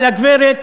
על הגברת